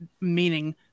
meaning